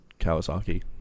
kawasaki